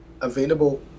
available